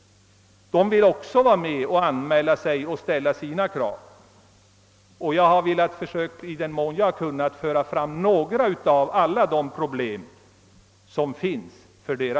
De vill också anmäla sina krav och få dem tillgodosedda.